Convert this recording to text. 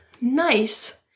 nice